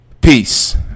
Peace